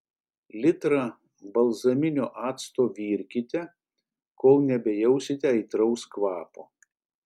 litrą balzaminio acto virkite kol nebejausite aitraus kvapo